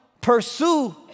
pursue